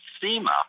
SEMA